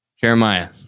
Jeremiah